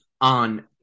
on